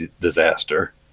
disaster